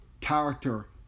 character